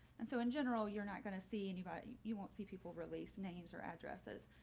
and so in general, you're not going to see anybody, you won't see people release names or addresses.